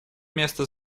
место